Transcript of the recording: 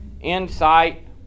insight